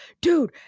dude